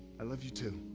i love you, too